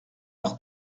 par